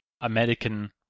American